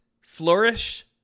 flourish